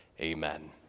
Amen